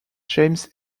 james